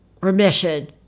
remission